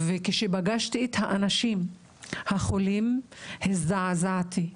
וכשפגשתי את החולים הזדעזעתי.